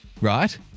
Right